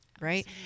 right